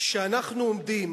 כשאנחנו עומדים